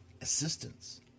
assistance